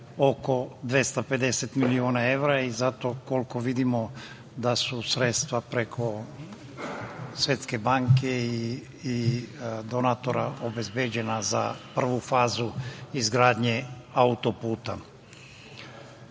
oko 250 miliona evra i zato, koliko vidimo, da su sredstva preko Svetske banke i donatora obezbeđena za prvu fazu izgradnje